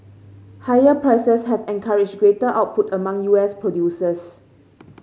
higher prices have encouraged greater output among U S producers